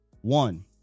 One